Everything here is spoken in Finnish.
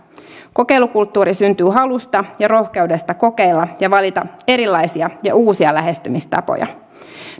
kokeilukulttuuri syntyy halusta ja rohkeudesta kokeilla ja valita erilaisia ja uusia lähestymistapoja